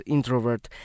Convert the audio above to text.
Introvert